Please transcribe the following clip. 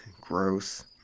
Gross